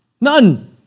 none